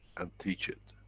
and teach it,